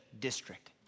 district